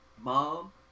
Mom